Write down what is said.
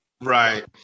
Right